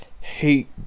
Hate